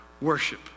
worship